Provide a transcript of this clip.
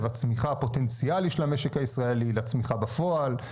הצמיחה הפוטנציאלי של המשק הישראלי לצמיחה בפועל,